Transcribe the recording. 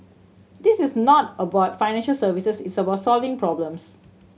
this is not about financial services it's about solving problems